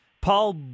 Paul